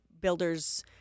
builders